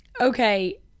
Okay